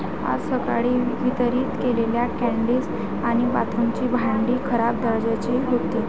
आज सकाळी वितरित केलेल्या कँडीज आणि बाथरूमची भांडी खराब दर्जाची होती